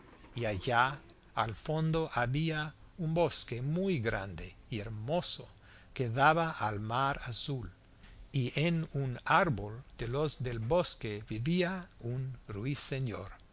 y allá al fondo había un bosque muy grande y hermoso que daba al mar azul y en un árbol de los del bosque vivía un ruiseñor